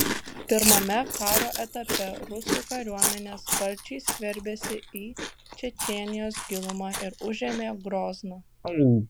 pirmame karo etape rusų kariuomenė sparčiai skverbėsi į čečėnijos gilumą ir užėmė grozną